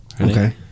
Okay